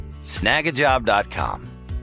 Snagajob.com